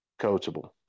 coachable